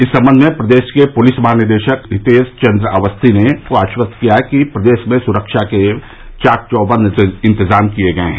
इस सम्बंध में प्रदेश के पुलिस महानिदेशक हितेश चन्द्र अवस्थी ने आश्यस्त किया है कि प्रदेश में सुरक्षा के चाक चौबंद इंतिजाम किए गये हैं